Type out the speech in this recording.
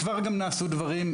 בנוסף, גם נעשו כבר דברים.